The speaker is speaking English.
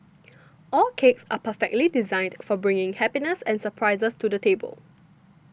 all cakes are perfectly designed for bringing happiness and surprises to the table